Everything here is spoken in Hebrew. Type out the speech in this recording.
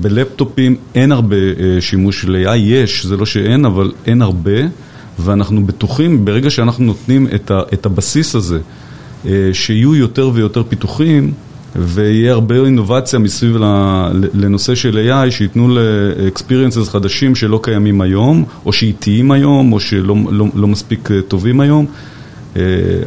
בלפטופים אין הרבה שימוש ל-AI. יש, זה לא שאין, אבל אין הרבה ואנחנו בטוחים ברגע שאנחנו נותנים את הבסיס הזה, שיהיו יותר ויותר פיתוחים ויהיה הרבה אינובציה מסביב לנושא של AI שיתנו לexperiences חדשים שלא קיימים היום או שאיטיים היום או שלא מספיק טובים היום